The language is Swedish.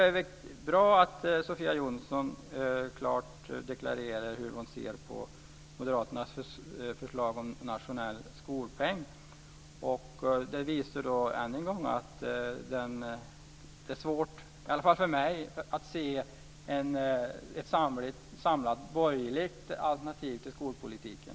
Det är bra att Sofia Jonsson klart deklarerar hur hon ser på moderaternas förslag om nationell skolpeng. Det visar än en gång att det är svårt - i alla fall för mig - att se ett samlat borgerligt alternativ till den förda skolpolitiken.